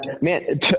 Man